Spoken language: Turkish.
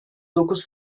dokuz